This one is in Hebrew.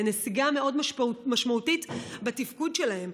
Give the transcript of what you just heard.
לנסיגה מאוד משמעותית בתפקוד שלהם,